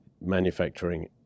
manufacturing